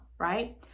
right